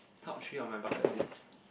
top three on my bucket list